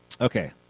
Okay